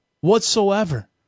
whatsoever